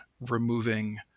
removing